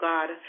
God